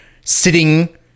sitting